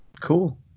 cool